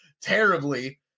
terribly